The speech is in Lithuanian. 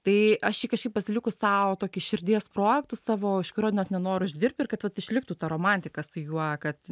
tai aš jį kažkaip pasilikus sau tokį širdies projektus tavo iš kurio net nenoriu uždirbti ir kad vat išliktų ta romantika su juo kad